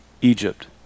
Egypt